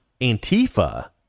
Antifa